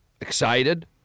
excited